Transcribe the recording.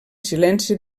silenci